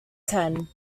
ten